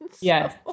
Yes